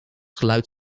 geluid